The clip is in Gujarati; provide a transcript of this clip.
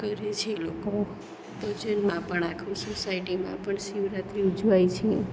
કરે છે લોકો તો જેલમાં પણ આખું સોસાયટીમાં પણ શિવરાત્રી ઉજવાય છે